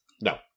No